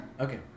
Okay